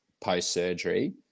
post-surgery